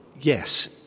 yes